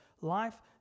life